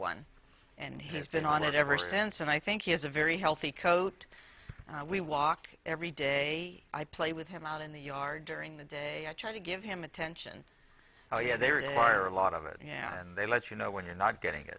one and he's been on it ever since and i think he has a very healthy coat we walk every day i play with him out in the yard during the day i try to give him attention how you know they require a lot of it and they let you know when you're not getting it